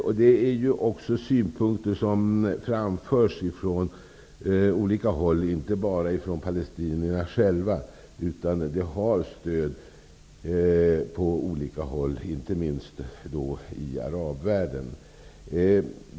Det här är också synpunkter som framförs från olika håll, inte bara från palestinierna själva. Tanken har stöd på olika håll, inte minst i arabvärlden.